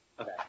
Okay